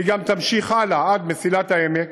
שגם תמשיך הלאה עד מסילת העמק,